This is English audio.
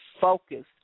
focused